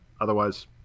otherwise